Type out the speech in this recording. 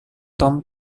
tom